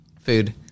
food